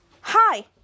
hi